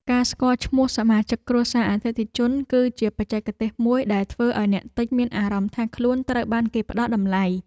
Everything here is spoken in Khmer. ការស្គាល់ឈ្មោះសមាជិកគ្រួសារអតិថិជន គឺជាបច្ចេកទេសមួយដែលធ្វើឱ្យអ្នកទិញមានអារម្មណ៍ថាខ្លួនត្រូវបានគេផ្ដល់តម្លៃ។